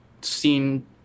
seen